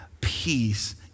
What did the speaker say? peace